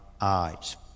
eyes